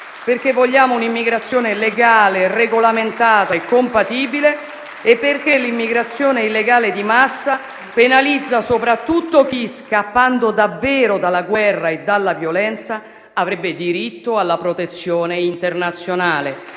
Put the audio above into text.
perché vogliamo un'immigrazione legale, regolamentata e compatibile e perché l'immigrazione illegale di massa penalizza soprattutto chi, scappando davvero dalla guerra e dalla violenza, avrebbe diritto alla protezione internazionale